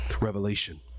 revelation